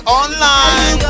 online